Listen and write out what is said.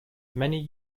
many